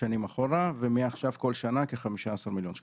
שנים אחורה, ומעכשיו כל שנה כ-15 מיליון שקלים.